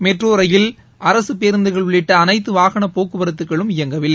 metro rail அரசுப் பேருந்துகள் உள்ளிட்ட அனைத்து வாகனப் போக்குவரத்துகளும் இயங்கவில்லை